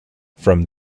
from